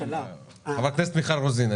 חברת הכנסת מיכל רוזין,